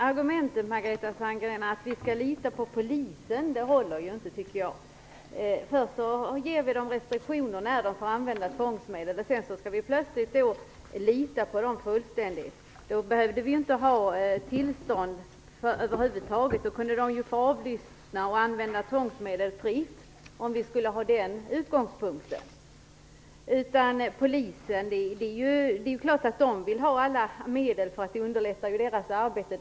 Fru talman! Argumentet att vi skall lita på polisen håller inte, Margareta Sandgren. Först ger vi dem restriktioner vad gäller användningen av tvångsmedel, och sedan skall vi plötsligt lita på dem fullständigt. Då hade vi inte behövt ha tillstånd över huvud taget. Med den utgångspunkten hade de kunnat få avlyssna och använda tvångsmedel fritt. Det är klart att polisen vill ha alla medel, för det underlättar ju deras arbete.